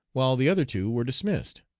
while the other two were dismissed.